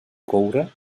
coure